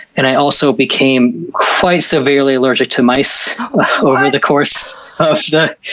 and i also became quite severely allergic to mice the course of the,